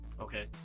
Okay